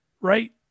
right